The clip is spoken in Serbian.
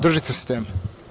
Držite se teme.